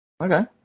Okay